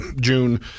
June